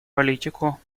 политику